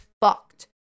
fucked